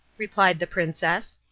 replied the princess.